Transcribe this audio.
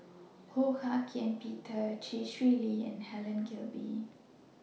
Ho Hak Ean Peter Chee Swee Lee and Helen Gilbey